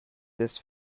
this